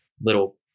little